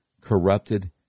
corrupted